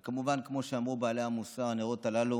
וכמובן, כמו שאמרו בעלי המוסר, הנרות הללו